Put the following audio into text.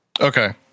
Okay